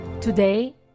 Today